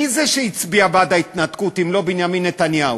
מי זה שהצביע בעד ההתנתקות אם לא בנימין נתניהו?